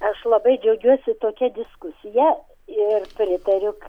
aš labai džiaugiuosi tokia diskusija ir pritariu